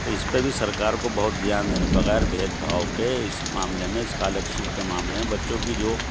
تو اس پہ بھی سرکار کو بہت دھیان دینا بغیر بھید بھاؤ کے اس معاملے میں اسکالرشپ کے معاملے میں بچوں کی جو